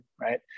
right